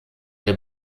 der